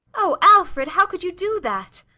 oh, alfred, how could you do that?